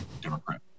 Democrat